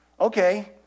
Okay